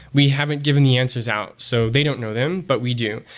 we haven't given the answers out, so they don't know them, but we do.